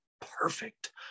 perfect